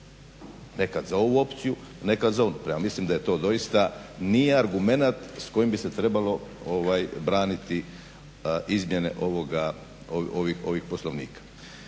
nekad za ovu opciju, nekad za onu. Premda mislim da to doista nije argumenat s kojim bi se trebalo braniti izmjene ovih Poslovnika.